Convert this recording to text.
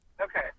Okay